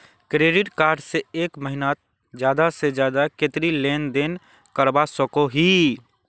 Credit card से एक महीनात ज्यादा से ज्यादा कतेरी लेन देन करवा सकोहो ही?